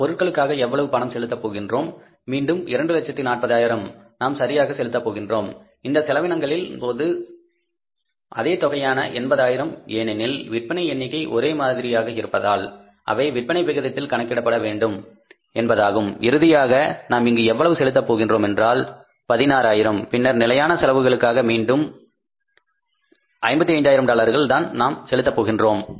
நாம் பொருட்களுக்காக எவ்வளவு பணம் செலுத்தப் போகிறோம் மீண்டும் 240000 நாம் சரியாக செலுத்தப் போகிறோம் இந்த செலவினங்களின் போது அதே தொகையான 80000 ஏனெனில் விற்பனை எண்ணிக்கை ஒரே மாதிரியாக இருப்பதால் அவை விற்பனை விகிதத்தில் கணக்கிடப்பட வேண்டும் என்பதாகும் இறுதியாக நாம் இங்கு எவ்வளவு செலுத்தப் போகிறோம் என்றாள் 16000 பின்னர் நிலையான செலவுகளுக்காக மீண்டும் 55000 டாலர்கள் தான் நாம் செலுத்தப் போகிறோம்